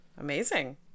Amazing